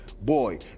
Boy